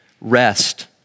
rest